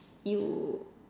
you